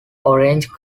orange